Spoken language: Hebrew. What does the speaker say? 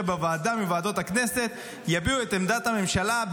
בוועדה מוועדות הכנסת יביעו את עמדת הממשלה,